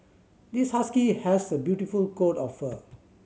this husky has a beautiful coat of fur